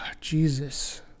Jesus